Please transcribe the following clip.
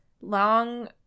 Long